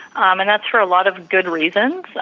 um and, that's for a lot of good reasons,